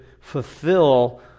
fulfill